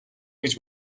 гэж